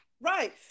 right